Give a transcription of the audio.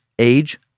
age